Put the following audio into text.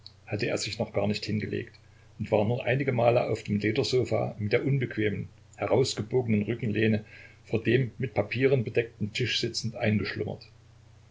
hatte er sich noch gar nicht hingelegt und war nur einige male auf dem ledersofa mit der unbequemen herausgebogenen rückenlehne vor dem mit papieren bedeckten tisch sitzend eingeschlummert